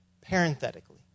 Parenthetically